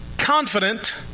confident